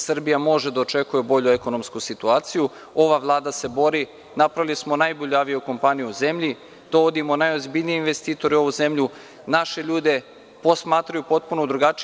Srbija može da očekuje bolju ekonomsku situaciju, ova Vlada se bori, napravili smo najbolju avio-kompaniju u zemlji, dovodimo najozbiljnije investitore u ovu zemlju, naše ljude posmatraju potpuno drugačije.